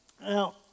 Now